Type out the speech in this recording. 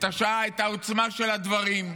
את העוצמה של הדברים,